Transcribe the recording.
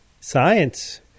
Science